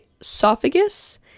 esophagus